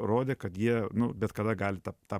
rodė kad jie nu bet kada gali tą tą